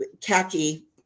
khaki